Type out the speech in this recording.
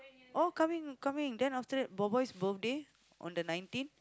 all coming coming then after that boy boy birthday on the nineteen